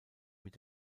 mit